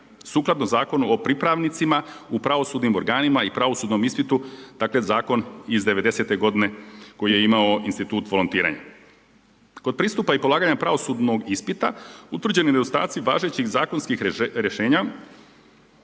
sukladno Zakon o pripravnicima u pravosudnim organima i pravosudnom ispitu dakle zakon iz '90-te godine koji je imao institut volontiranja. Kod pristupa i polaganja pravosudnog ispita, utvrđeni nedostaci važećih zakonskih rješenja